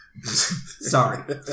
Sorry